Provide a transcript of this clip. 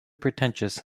pretentious